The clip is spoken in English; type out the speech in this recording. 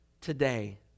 today